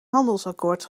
handelsakkoord